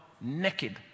naked